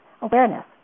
awareness